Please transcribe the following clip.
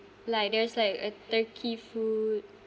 like there's like a turkey food